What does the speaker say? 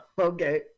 Okay